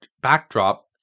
backdrop